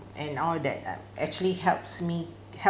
and all that uh actually helps me help